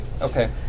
Okay